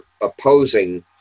opposing